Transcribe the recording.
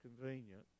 convenient